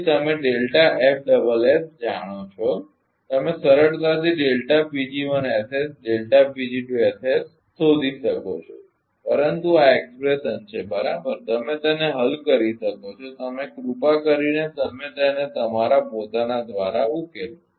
તેથી તમે જાણો છો તમે સરળતાથી શોધી શકો છો પરંતુ આ અભિવ્યક્તિ છે બરાબર તમે તેને હલ કરી શકો છો તમે કૃપા કરીને તમે તેને તમારા પોતાના દ્વારા ઉકેલો